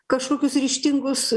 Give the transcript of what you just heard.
kažkokius ryžtingus